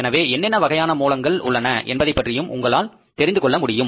எனவே என்னென்ன வகையான மூலங்கள் உள்ளன என்பதைப் பற்றியும் உங்களால் தெரிந்துகொள்ள முடியும்